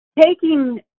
taking